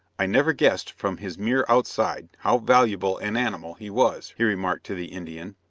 i never guessed from his mere outside how valuable an animal he was, he remarked to the indian,